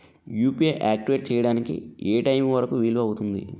UPI activate చెయ్యడానికి ఏ time వరుకు వీలు అవుతుంది?